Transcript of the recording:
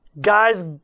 guys